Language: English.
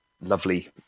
lovely